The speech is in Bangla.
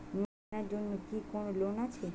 মোবাইল কেনার জন্য কি কোন লোন আছে?